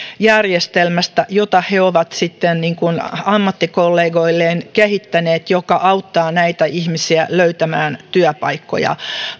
järjestelmästä jota he ovat ammattikollegoilleen kehittäneet joka auttaa näitä ihmisiä löytämään työpaikkoja